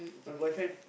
my boyfriend